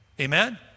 Amen